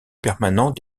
permanent